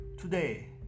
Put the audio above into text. Today